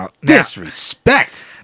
Disrespect